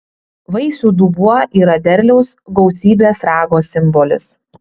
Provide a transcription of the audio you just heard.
vaisių dubuo yra derliaus gausybės rago simbolis